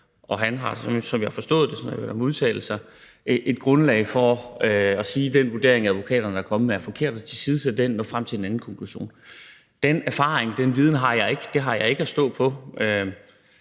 og han har, som jeg har forstået det – sådan har jeg hørt ham udtale sig – et grundlag for at sige, at den vurdering, advokaterne er kommet med, er forkert, og tilsidesætte den og nå frem til en anden konklusion. Den erfaring og den viden har jeg ikke, den har jeg ikke at stå på.